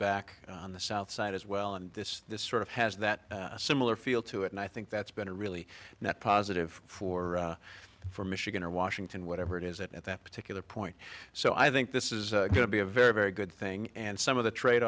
back on the south side as well and this sort of has that similar feel to it and i think that's been a really positive for for michigan or washington whatever it is that at that particular point so i think this is going to be a very very good thing and some of the trade